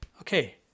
okay